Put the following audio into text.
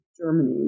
Germany